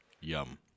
Yum